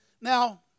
Now